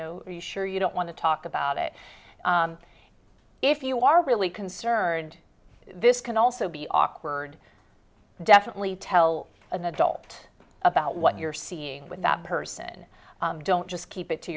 know are you sure you don't want to talk about it if you are really concerned this can also be awkward definitely tell an adult about what you're seeing with that person don't just keep it to